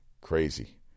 Crazy